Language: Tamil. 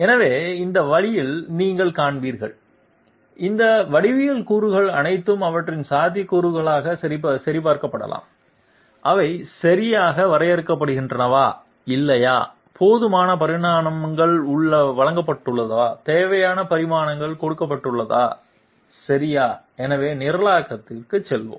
எனவே இந்த வழியில் நீங்கள் காண்பீர்கள் இந்த வடிவியல் கூறுகள் அனைத்தும் அவற்றின் சாத்தியக்கூறுக்காக சரிபார்க்கப்படலாம் அவை சரியாக வரையறுக்கப்படுகின்றனவா இல்லையா போதுமான பரிமாணங்கள் வழங்கப்பட்டுள்ளதா தேவையற்ற பரிமாணங்கள் கொடுக்கப்பட்டுள்ளதா சரியா எனவே நிரலாக்கத்திற்கு செல்லலாம்